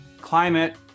climate